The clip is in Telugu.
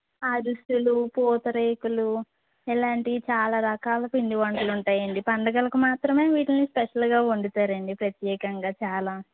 అరిసెలు పూతరేకులు ఇలాంటివి చాలా రకాల పిండివంటలు ఉంటాయండి పండుగలకి మాత్రమే వీటిలిని స్పెషల్గా వండుతారండి ప్రత్యేకంగా చాలా